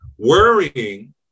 worrying